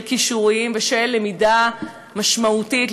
של כישורים ושל למידה משמעותית,